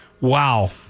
wow